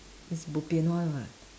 is bo pian [one] [what]